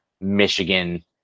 Michigan